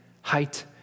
height